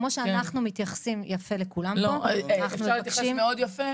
כמו שאנחנו מתייחסים יפה לכולם פה -- אפשר להתייחס מאוד יפה